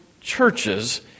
churches